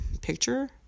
picture